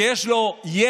שיש לו ידע,